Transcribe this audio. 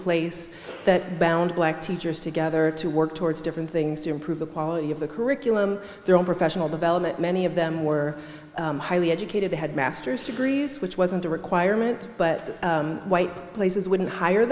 place that bound black teachers together to work towards different things to improve the quality of the curriculum their own professional development many of them were highly educated they had master's degrees which wasn't a requirement but white places wouldn't hire